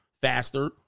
faster